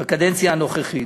הממשלה בקדנציה הנוכחית,